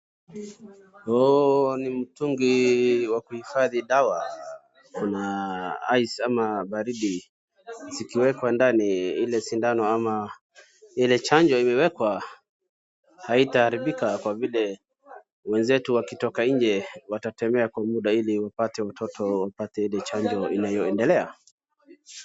Huo ni mtungi wa kuhifadhi dawa. Kuna ice ama baridi zikiwekwa ndani ile sindano ama ile chanjo imewekwa haitaharibika kwa vile, wenzetu wakitoka nje watatemea kwa muda ili wapate watoto wapate ile chanjo inayoendelea.